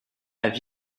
have